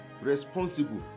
responsible